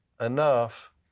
enough